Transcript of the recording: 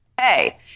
Hey